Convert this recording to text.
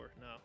No